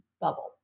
bubble